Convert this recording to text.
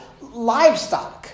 livestock